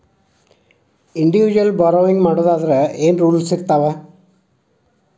Individual borrowing ಮಾಡೊದಾದ್ರ ಏನ್ ರೂಲ್ಸಿರ್ತಾವ?